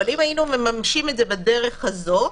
אבל אם היינו מממשים את זה בדרך הזו,